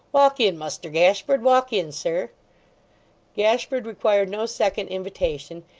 walk in, muster gashford walk in, sir gashford required no second invitation,